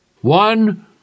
one